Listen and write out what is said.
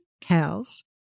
cows